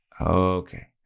okay